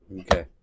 Okay